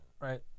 right